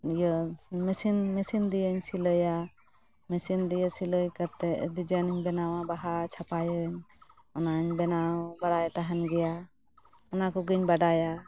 ᱤᱭᱟᱹ machine machine ᱫᱤᱭᱮᱧ ᱥᱤᱞᱟᱹᱭᱟ ᱢᱮᱥᱤᱱ ᱫᱤᱭᱮ ᱥᱤᱞᱟᱹᱭ ᱠᱟᱛᱮᱫ ᱰᱤᱡᱟᱭᱤᱱᱤᱧ ᱵᱮᱱᱟᱣᱟ ᱵᱟᱦᱟ ᱪᱷᱟᱯᱟᱭᱟᱹᱧ ᱚᱱᱟ ᱵᱮᱱᱟᱣ ᱵᱟᱲᱟᱭ ᱛᱟᱦᱮᱱ ᱜᱮᱭᱟ ᱚᱱᱟᱠᱚᱜᱮᱧ ᱵᱟᱰᱟᱭᱟ